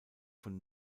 von